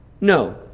No